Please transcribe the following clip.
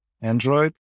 Android